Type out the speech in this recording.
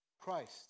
Christ